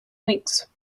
weeks